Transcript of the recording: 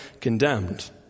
condemned